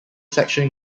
section